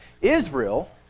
Israel